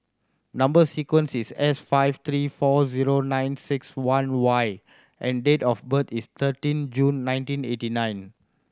number sequence is S five three four zero nine six one Y and date of birth is thirteen June nineteen eighty nine